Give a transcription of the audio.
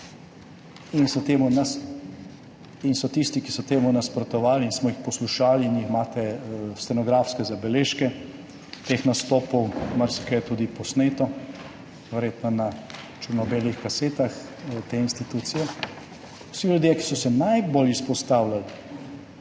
so tisti, ki so temu nasprotovali in smo jih poslušali, imate stenografske zabeležke teh nastopov, marsikaj je tudi posneto, verjetno na črno-belih kasetah te institucije, vsi ljudje, ki so se najbolj izpostavljali